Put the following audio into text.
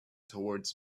towards